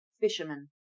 Fisherman